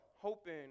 hoping